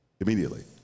Immediately